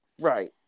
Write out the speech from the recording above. Right